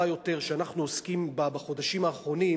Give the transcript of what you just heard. יותר שאנחנו עוסקים בה בחודשים האחרונים,